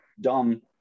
dumb